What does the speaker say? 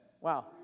Wow